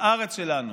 לארץ שלנו.